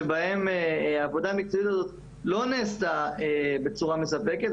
היו כמה שנים שבהן העבודה המקצועית הזאת לא נעשתה בצורה מספקת,